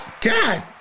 God